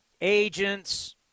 agents